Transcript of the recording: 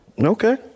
Okay